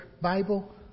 Bible